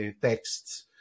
texts